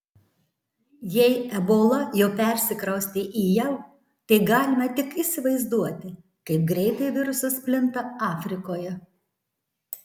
jei ebola jau persikraustė į jav tai galime tik įsivaizduoti kaip greitai virusas plinta afrikoje